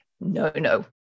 no-no